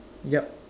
yup